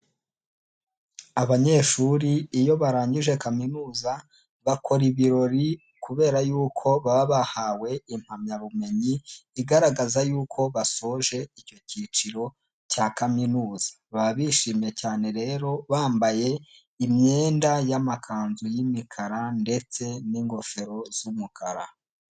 Abanyeshuri iyo barangije kaminuza, bakora ibirori kubera yuko baba bahawe impamyabumenyi igaragaza yuko basoje icyo cyiciro cya kaminuza, baba bishimye cyane rero bambaye imyenda y'amakanzu y'imikara ndetse n'ingofero z'umukara.